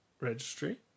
registry